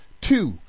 Two